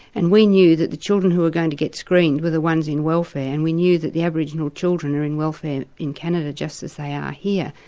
and we knew the children who were going to get screened were the ones in welfare and we knew that the aboriginal children are in welfare in canada just as they are here,